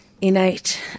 innate